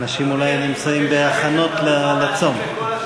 אנשים אולי נמצאים בהכנות לצום.